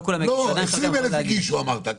לא, 20,000 הגישו, אמרת.